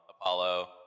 Apollo